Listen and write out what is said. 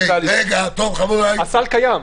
הסל קיים.